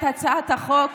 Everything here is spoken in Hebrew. את הצעת החוק.